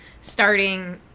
starting